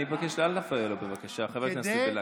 אני מבקש, אל תפריע לו, בבקשה, חבר הכנסת בליאק.